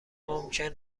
ممکن